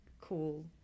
cool